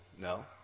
no